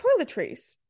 toiletries